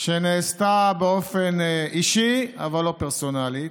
שנעשתה באופן אישי אבל לא פרסונלי,